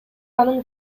анын